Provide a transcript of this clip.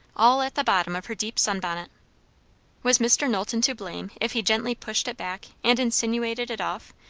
all at the bottom of her deep sun-bonnet was mr. knowlton to blame if he gently pushed it back and insinuated it off,